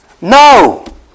No